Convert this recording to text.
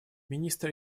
министр